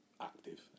active